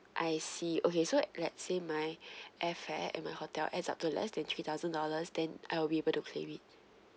I see okay so let's say my airfare and my hotel adds up to less than three thousand dollars then I will be able to claim it